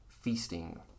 feasting